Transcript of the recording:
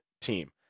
team